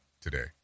today